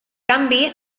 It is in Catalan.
canvi